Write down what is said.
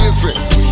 different